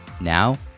Now